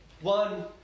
One